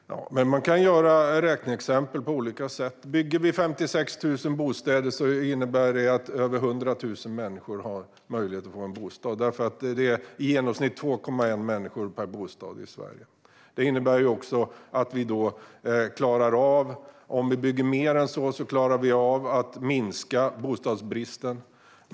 Herr talman! Man kan göra räkneexempel på olika sätt. Bygger vi 56 000 bostäder innebär det att över 100 000 människor har möjlighet att få en bostad - det är i genomsnitt 2,1 människor per bostad i Sverige. Det innebär också att vi om vi bygger mer än så klarar av att minska bostadsbristen.